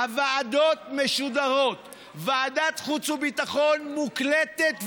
הוועדות משודרות, ועדת חוץ וביטחון מוקלטת ונשמרת,